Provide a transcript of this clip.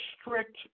strict